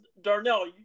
Darnell